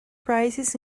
prizes